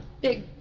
big